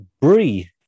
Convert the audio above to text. Brie